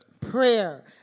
Prayer